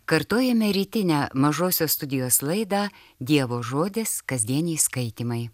kartojame rytinę mažosios studijos laidą dievo žodis kasdieniai skaitymai